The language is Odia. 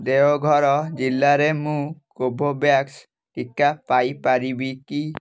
ଦେଓଘର ଜିଲ୍ଲାରେ ମୁଁ କୋଭୋଭ୍ୟାକ୍ସ ଟିକା ପାଇ ପାରିବି କି